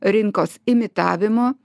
rinkos imitavimo